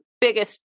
biggest